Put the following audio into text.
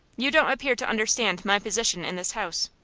you don't appear to understand my position in this house.